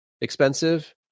expensive